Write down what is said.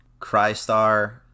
Crystar